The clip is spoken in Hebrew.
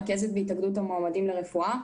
רכזת בהתאגדות המועמדים לרפואה,